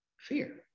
Fear